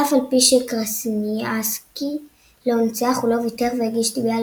אף על פי שקרסניאנסקי לא ניצח הוא לא ויתר והגיש תביעה